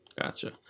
gotcha